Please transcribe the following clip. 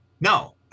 no